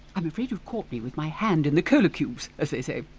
i'm afraid you've caught me with my hand in the cola cubes, as they say.